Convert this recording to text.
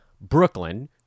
Brooklyn